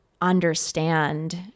understand